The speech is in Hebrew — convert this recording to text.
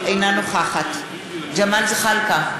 אינה נוכחת ג'מאל זחאלקה,